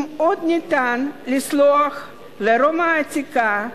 אם עוד ניתן לסלוח לרומא העתיקה,